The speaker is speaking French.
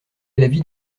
l’avis